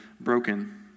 broken